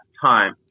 time